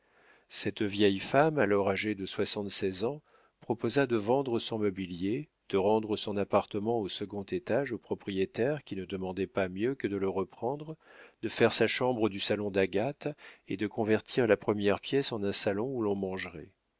cette vieille femme alors âgée de soixante-seize ans proposa de vendre son mobilier de rendre son appartement au second étage au propriétaire qui ne demandait pas mieux que de le reprendre de faire sa chambre du salon d'agathe et de convertir la première pièce en un salon où l'on mangerait